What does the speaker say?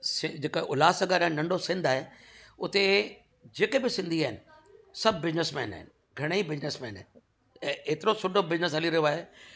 से जेका उल्हास नगर नंढो सिंध आहे हुते जेके बि सिंधी आहिनि सभु बिज़नैस मैन आहिनि घणेई बिज़नैस मैन ऐं एतिरो सुठो बिज़नैस हली रहियो आहे